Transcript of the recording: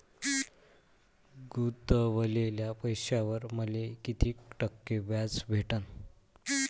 गुतवलेल्या पैशावर मले कितीक टक्के व्याज भेटन?